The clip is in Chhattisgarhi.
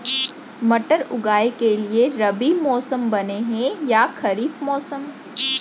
मटर उगाए के लिए रबि मौसम बने हे या खरीफ मौसम?